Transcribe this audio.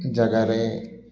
ଜାଗାରେ